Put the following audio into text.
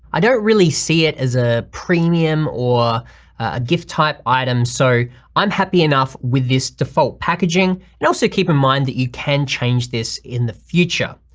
i don't really see it as a premium or a gift type items so i'm happy enough with this default packaging and also keep in mind that you can change this in the future.